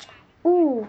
ooh